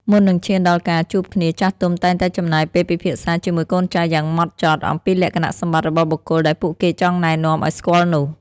មុននឹងឈានដល់ការជួបគ្នា ចាស់ទុំតែងតែចំណាយពេលពិភាក្សាជាមួយកូនចៅយ៉ាងម៉ត់ចត់អំពីលក្ខណៈសម្បត្តិរបស់បុគ្គលដែលពួកគេចង់ណែនាំឱ្យស្គាល់នោះ។